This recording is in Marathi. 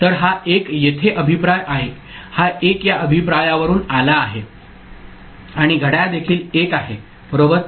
तर हा 1 येथे अभिप्राय आहे हा 1 या अभिप्रायावरून आला आहे आणि घड्याळ देखील 1 आहे बरोबर